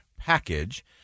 package